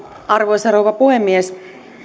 arvoisa rouva puhemies